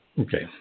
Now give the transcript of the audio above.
Okay